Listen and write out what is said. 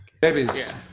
Babies